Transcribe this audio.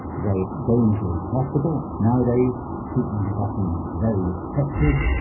they go into hospital. nowadays treatment is often very effective,